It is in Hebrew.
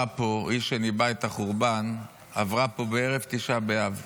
היא שניבאה את החורבן, עברה פה בערב תשעה באב.